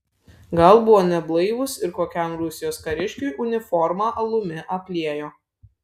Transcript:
gal buvo neblaivūs ir kokiam rusijos kariškiui uniformą alumi apliejo